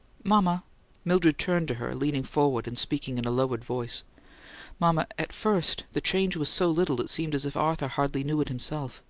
mama mildred turned to her, leaning forward and speaking in a lowered voice mama, at first the change was so little it seemed as if arthur hardly knew it himself.